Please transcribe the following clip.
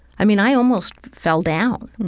i mean, i almost fell down.